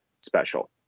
special